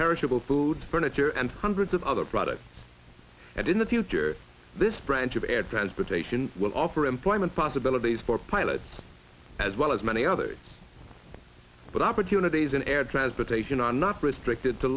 perishable food furniture and hundreds of other products and in the future this branch of air transportation will offer employment possibilities for pilots as well as many others but opportunities in air transportation are not restricted to